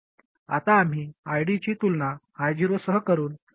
आता आम्ही ID ची तुलना I0 सह करुन फीडबॅक क्रिया जनरेट करतो